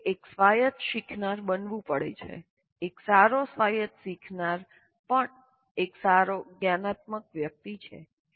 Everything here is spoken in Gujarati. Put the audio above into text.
વ્યક્તિએ એક સ્વાયત્ત શીખનાર બનવું પડે છે એક સારો સ્વાયત્ત શીખનાર પણ એક સારો જ્ઞાનાત્મક વ્યક્તિ છે